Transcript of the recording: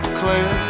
clear